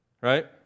Right